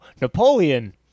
Napoleon